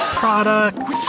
product